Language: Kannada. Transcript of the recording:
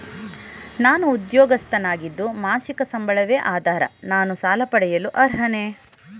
ನಾನು ಉದ್ಯೋಗಸ್ಥನಾಗಿದ್ದು ಮಾಸಿಕ ಸಂಬಳವೇ ಆಧಾರ ನಾನು ಸಾಲ ಪಡೆಯಲು ಅರ್ಹನೇ?